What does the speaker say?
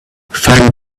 find